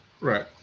right